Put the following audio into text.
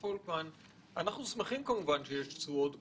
אנחנו שמחים שיש תשואות גבוהות,